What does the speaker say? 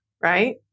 Right